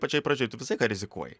pačioj pradžioj tu visą laiką rizikuoji